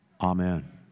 Amen